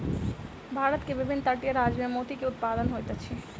भारत के विभिन्न तटीय राज्य में मोती के उत्पादन होइत अछि